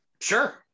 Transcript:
Sure